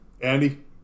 Andy